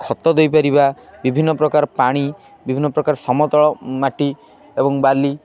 ଖତ ଦେଇପାରିବା ବିଭିନ୍ନ ପ୍ରକାର ପାଣି ବିଭିନ୍ନ ପ୍ରକାର ସମତଳ ମାଟି ଏବଂ ବାଲି